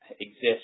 exist